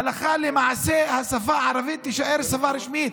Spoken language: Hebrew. והלכה למעשה השפה הערבית תישאר שפה רשמית.